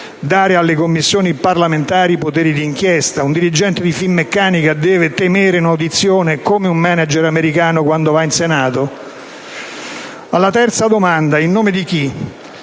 Dare alle Commissioni parlamentari poteri di inchiesta: un dirigente di Finmeccanica deve temere un'audizione come un *manager* americano quando va in Senato. Alla terza domanda (in nome di chi?)